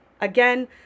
again